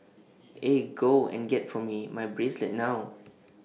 eh go and get for me my bracelet now